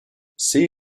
see